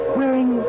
wearing